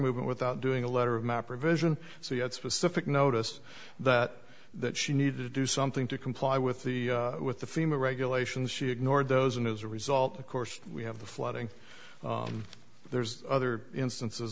movement without doing a letter of my provision so you had specific notice that that she need to do something to comply with the with the fema regulations she ignored those and as a result of course we have the flooding there's other instances